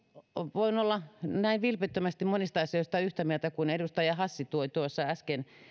voin olla vilpittömästi yhtä mieltä näin monista asioista joita edustaja hassi toi tuossa äsken